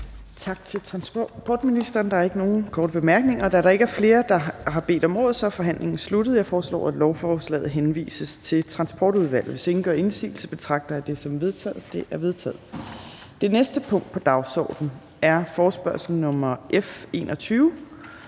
Tak til transportministeren. Der er ikke nogen korte bemærkninger. Da der ikke er flere, der har bedt om ordet, er forhandlingen sluttet. Jeg foreslår, at lovforslaget henvises til Transportudvalget. Hvis ingen gør indsigelse, betragter jeg det som vedtaget. Det er vedtaget. --- Det næste punkt på dagsordenen er: 8) Forespørgsel nr. F 21: